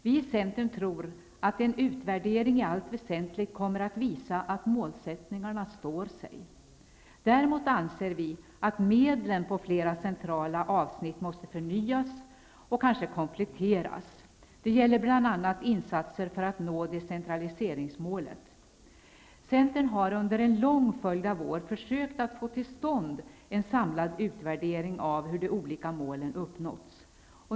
Vi i Centern tror att en utvärdering i allt väsentligt kommer att visa att målsättningarna står sig. Däremot anser vi att medlen inom flera centrala avsnitt måste förnyas och kanske kompletteras. Det gäller bl.a. insatser för att nå decentraliseringsmålet. Centern har under en lång följd av år försökt få till stånd en samlad utvärdering av hur de olika målen uppnåtts.